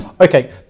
Okay